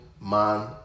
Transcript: man